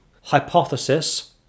hypothesis